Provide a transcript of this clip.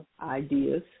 ideas